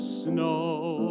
snow